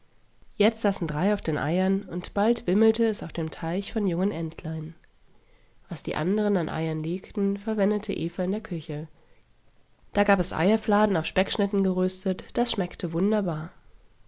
jetzt saßen drei auf den eiern und bald wimmelte es auf dem teich von jungen entlein was die anderen an eiern legten verwendete eva in der küche da gab es eierfladen auf speckschnitten geröstet das schmeckte wunderbar